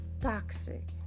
toxic